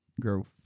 Girl